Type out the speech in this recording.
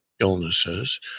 illnesses